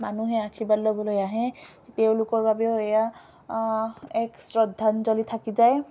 মানুহে আশীৰ্বাদ ল'বলৈ আহে তেওঁলোকৰ বাবেও এয়া এক শ্ৰদ্ধাঞ্জলি থাকি যায়